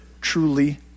truly